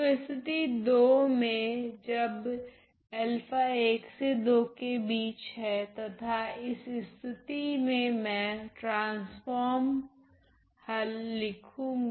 तो स्थिति 2 में जब तथा इस स्थिति मे मैं ट्रांसफोर्म हल लिखुगी